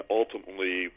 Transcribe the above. ultimately